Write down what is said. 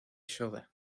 soda